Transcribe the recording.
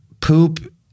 poop